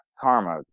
karma